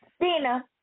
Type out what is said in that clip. Dina